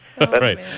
right